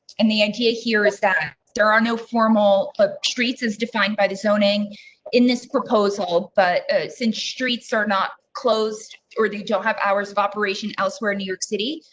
and the idea here is that there are no formal ah streets is defined by the zoning in this proposal, but since streets are not closed, or they don't have hours of operation elsewhere in new york city,